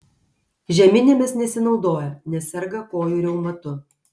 žeminėmis nesinaudoja nes serga kojų reumatu